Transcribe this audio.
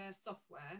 software